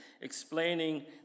explaining